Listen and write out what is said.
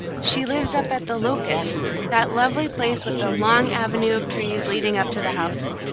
she lives up at the locusts that lovely place with the long avenue of trees leading up to the house.